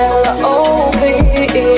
love